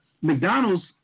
McDonald's